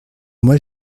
moi